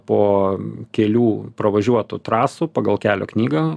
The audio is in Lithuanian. po kelių pravažiuotų trasų pagal kelio knygą